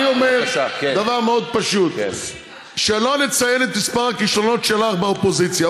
אני אומר דבר מאוד פשוט: שלא נציין את מספר הכישלונות שלך באופוזיציה,